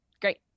great